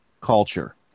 culture